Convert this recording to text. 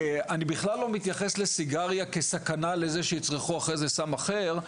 אני בכלל לא מתייחס לסיגריה כסכנה לזה שיצרכו אחרי זה סם אחר,